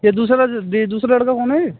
ये दूसरा दूसरा लड़का कौन है